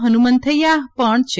હનુમંથૈયાહ પણ છે